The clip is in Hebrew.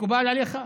מקובל עליך?